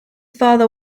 father